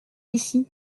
ici